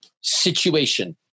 situation